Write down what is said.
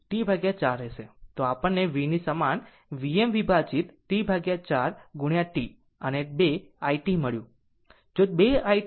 તો આપણને v ની સમાન Vm વિભાજિત T 4 t અને 2it મળ્યું